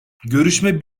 görüşme